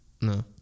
No